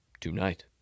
tonight